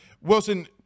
Wilson